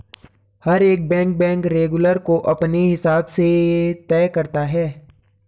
हर एक bank bank regulation को अपने हिसाब से तय करती है